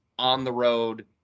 on-the-road